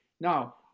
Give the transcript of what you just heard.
now